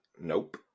nope